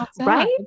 right